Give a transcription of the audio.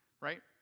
right